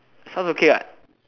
sounds okay what